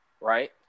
right